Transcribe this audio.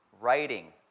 writing